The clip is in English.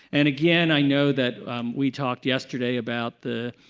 and again, i know that we talked yesterday about the